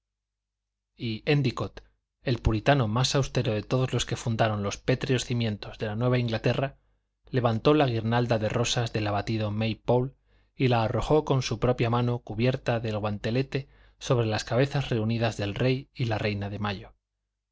may pole y éndicott el puritano más austero de todos lo que fundaron los pétreos cimientos de la nueva inglaterra levantó la guirnalda de rosas del abatido may pole y la arrojó con su propia mano cubierta del guantelete sobre las cabezas reunidas del rey y la reina de mayo